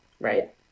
Right